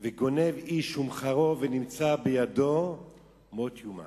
"וגנב איש ומכרו ונמצא בידו מות יומת".